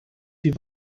sie